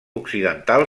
occidental